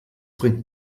bringt